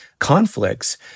Conflicts